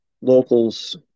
locals